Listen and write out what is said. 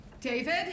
David